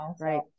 Right